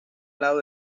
lado